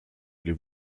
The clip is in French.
les